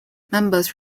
members